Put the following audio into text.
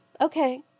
Okay